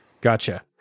Gotcha